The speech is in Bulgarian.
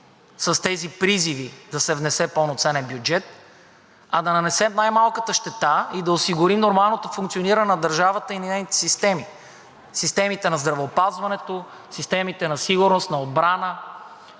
с тези призиви да се внесе пълноценен бюджет, а да нанесем най-малката щета и да осигурим нормалното функциониране на държавата и на нейните системи – системите на здравеопазването, системите на сигурност, на отбрана,